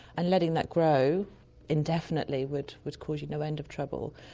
and letting that grow indefinitely would would cause you no end of trouble.